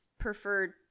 preferred